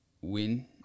win